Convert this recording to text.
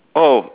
oh